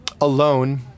alone